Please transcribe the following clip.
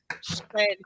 spread